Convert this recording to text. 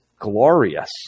glorious